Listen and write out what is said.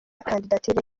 kandidatire